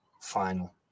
final